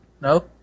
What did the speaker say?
No